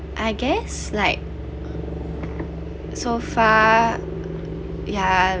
I guess like so far yeah